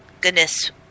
Goodness